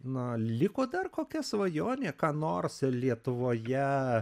na liko dar kokia svajonė ką nors lietuvoje